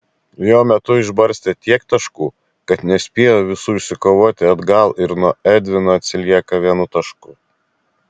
jo metu išbarstė tiek taškų kad nespėjo visų išsikovoti atgal ir nuo edvino atsilieka vienu tašku